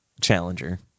challenger